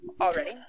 already